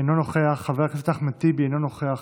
אינו נוכח, חבר הכנסת אחמד טיבי, אינו נוכח,